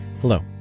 Hello